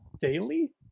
daily